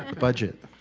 budget.